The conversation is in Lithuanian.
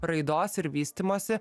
raidos ir vystymosi